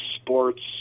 sports